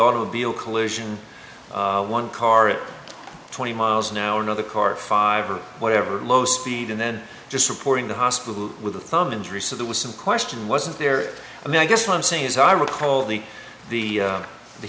automobile collision one car twenty miles an hour another car five or whatever low speed and then just supporting the hospital with a thumb injury so there was some question wasn't there i mean i guess what i'm saying is i recall the the the he